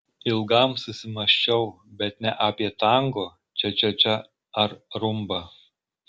ilgam susimąsčiau bet ne apie tango čia čia čia ar rumbą